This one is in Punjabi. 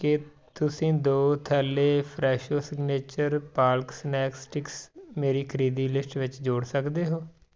ਕੀ ਤੁਸੀਂ ਦੋ ਥੈਲੈ Fresho signature palak snack sticks ਮੇਰੀ ਖਰੀਦੀ ਲਿਸਟ ਵਿੱਚ ਜੋੜ ਸਕਦੇ ਹੋ